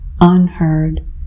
unheard